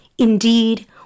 Indeed